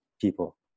people